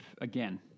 again